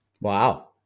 Wow